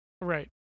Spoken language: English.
Right